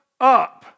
up